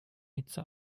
hitze